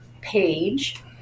page